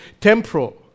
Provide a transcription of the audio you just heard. temporal